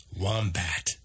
wombat